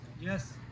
Yes